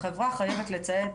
החברה חייבת לציין,